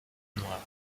noire